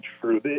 true